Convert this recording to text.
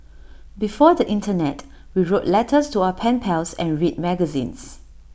before the Internet we wrote letters to our pen pals and read magazines